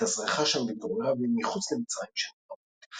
התאזרחה שם והתגוררה מחוץ למצרים שנים רבות.